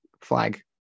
flag